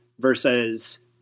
versus